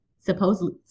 supposedly